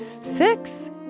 six